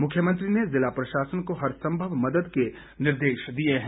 मुख्यमंत्री ने जिला प्रशासन को हर संभव मद्द के निर्देश दिए है